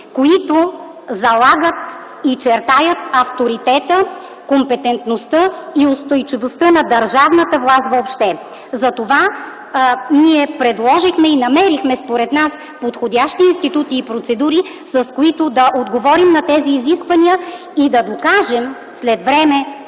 които залагат и чертаят авторитета, компетентността и устойчивостта на държавната власт въобще. Затова ние предложихме и намерихме според нас подходящи институции и процедури, с които да отговорим на тези изисквания и да докажем след време